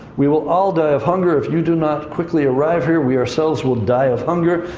we will all die of hunger if you do not quickly arrive here. we ourselves will die of hunger.